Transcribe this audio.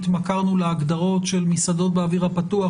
התמכרנו להגדרות של מסעדות באוויר בפתוח,